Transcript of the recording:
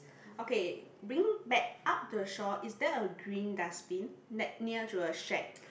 okay bring back up the shore is there a green dustbin net near to a shack